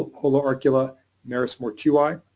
ah haloarcula marismortui.